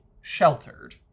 sheltered